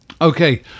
Okay